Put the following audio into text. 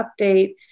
update